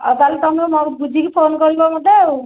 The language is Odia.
ଆଉ ତାହେଲେ ତମେ ବୁଝିକି ଫୋନ କରିବ ମୋତେ ଆଉ